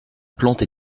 plante